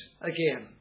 again